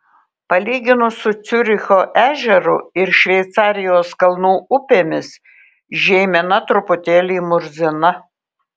palyginus su ciuricho ežeru ir šveicarijos kalnų upėmis žeimena truputėlį murzina